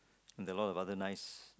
there a lot of other nice